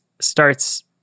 starts